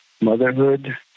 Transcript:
motherhood